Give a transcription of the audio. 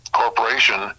corporation